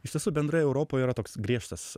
iš tiesų bendrai europoje yra toks griežtas